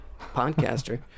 podcaster